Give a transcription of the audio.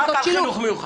רק על חינוך מיוחד.